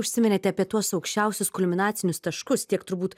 užsiminėte apie tuos aukščiausius kulminacinius taškus tiek turbūt